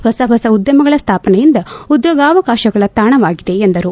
ಹೊಸ ಹೊಸ ಉದ್ದಮಗಳ ಸ್ವಾಪನೆಯಿಂದ ಉದ್ಯೋಗಾವಕಾಶಗಳ ತಾಣವಾಗಿದೆ ಎಂದರು